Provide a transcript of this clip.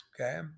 Okay